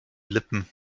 lippen